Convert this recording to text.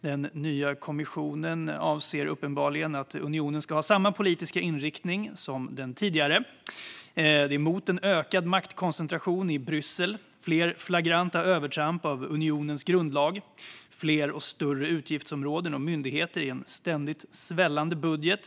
Den nya kommissionen avser uppenbarligen att unionen ska ha samma politiska inriktning som den tidigare, det vill säga en ökad maktkoncentration i Bryssel, fler flagranta övertramp av unionens grundlag samt fler och större utgiftsområden och myndigheter i en ständigt svällande budget.